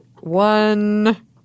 One